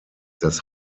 das